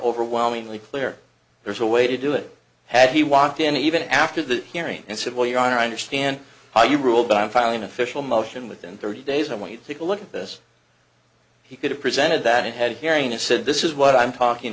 overwhelmingly clear there's a way to do it had he walked in even after the hearing and said well your honor i understand how you rule but i'm filing official motion within thirty days i want you to take a look at this he could have presented that it had a hearing it said this is what i'm talking